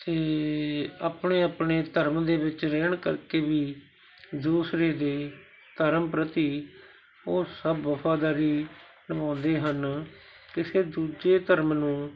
ਅਤੇ ਆਪਣੇ ਆਪਣੇ ਧਰਮ ਦੇ ਵਿੱਚ ਰਹਿਣ ਕਰਕੇ ਵੀ ਦੂਸਰੇ ਦੇ ਧਰਮ ਪ੍ਰਤੀ ਉਹ ਸਭ ਵਫ਼ਾਦਾਰੀ ਨਿਭਾਉਂਦੇ ਹਨ ਕਿਸੇ ਦੂਜੇ ਧਰਮ ਨੂੰ